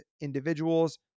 individuals